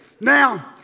Now